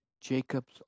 Jacob's